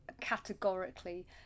categorically